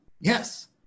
yes